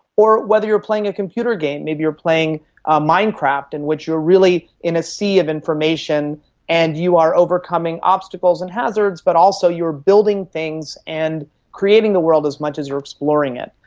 or whether you're playing a computer game, maybe you're playing ah minecraft in and which you are really in a sea of information and you are overcoming obstacles and hazards but also you're building things and creating a world as much as you're exploring it.